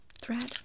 thread